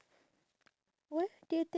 ya